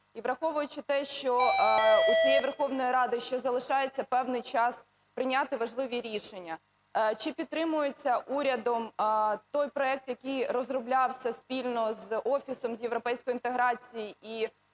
враховуючи те, що у цієї Верховної Ради ще залишається певний час прийняти важливі рішення, чи підтримується урядом той проект, який розроблявся спільно з офісом з європейської інтеграції